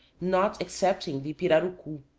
not excepting the pirarucu.